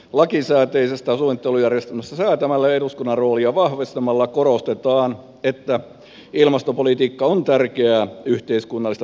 lakisääteisestä suunnittelujärjestelmästä säätämällä ja eduskunnan roolia vahvistamalla korostetaan että ilmastopolitiikka on tärkeää yhteiskunnallista toimintaa